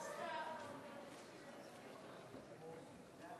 תודה, אדוני